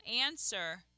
answer